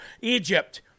Egypt